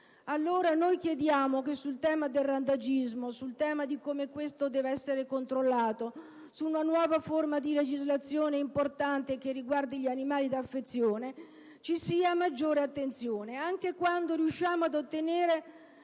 Allora, chiediamo che sul tema del randagismo, su un tema come questo che deve essere controllato, su una nuova forma di legislazione importante che riguardi gli animali da affezione, ci sia maggiore attenzione. Anche quando riusciamo ad ottenere